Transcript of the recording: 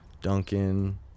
Duncan